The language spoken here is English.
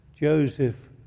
Joseph